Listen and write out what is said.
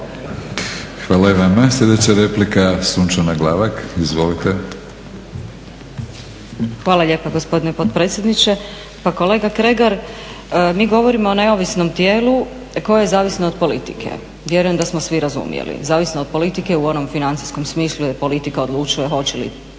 Hvala i vama. Sljedeća replika Sunčana Glavak. Izvolite. **Glavak, Sunčana (HDZ)** Hvala lijepa gospodine potpredsjedniče. Pa kolega Kregar mi govorimo o neovisnom tijelu koje je zavisno od politike. Vjerujem da smo svi razumjeli, zavisno od politike u onom financijskom smislu jer politika odlučuje hoće li